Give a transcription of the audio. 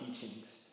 teachings